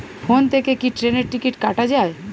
Phone থেকে কি ট্রেনের টিকিট কাটা য়ায়?